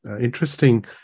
interesting